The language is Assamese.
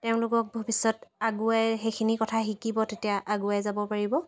ক্তেওঁলোকক ভৱিষ্যত আগুৱাই সেইখিনি কথা শিকিব তেতিয়া আগুৱাই যাব পাৰিব